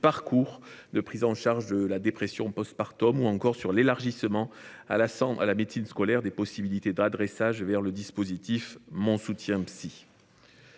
parcours de prise en charge de la dépression post partum, ou encore sur l’élargissement à la médecine scolaire des possibilités d’adressage vers le dispositif « Mon soutien psy